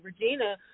Regina